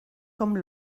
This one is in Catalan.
com